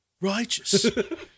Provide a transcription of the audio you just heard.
Righteous